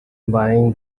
buying